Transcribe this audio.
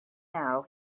now